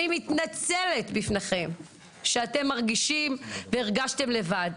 אני מתנצלת בפניכם שאתם מרגישים והרגשתם לבד.